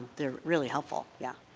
they're really helpful. yeah